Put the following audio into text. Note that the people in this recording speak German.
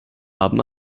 haben